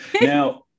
Now